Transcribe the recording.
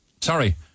Sorry